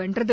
வென்றது